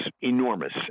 enormous